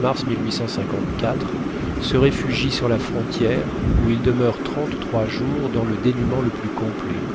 mars se réfugie sur la frontière où il demeure trente trois jours dans le dénûment le plus complet